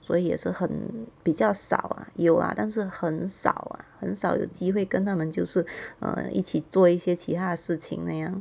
所以也是很比较少 lah 有 lah 但是很少 ah 很少有机会跟他们就是 err 一起做一些其他的事情那样